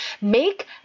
Make